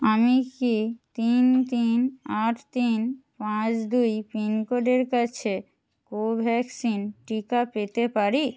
আমি কি তিন তিন আট তিন পাঁচ দুই পিনকোডের কাছে কোভ্যাক্সিন টিকা পেতে পারি